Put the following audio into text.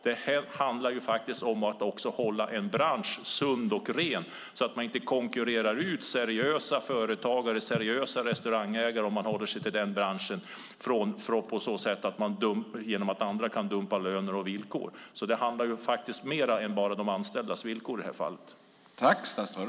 Det handlar faktiskt också om att hålla en bransch sund och ren så att man inte konkurrerar ut seriösa företagare, seriösa restaurangägare om vi håller oss till den branschen, genom att dumpa löner och villkor. Det handlar om mer än bara de anställdas villkor i detta fall.